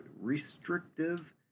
restrictive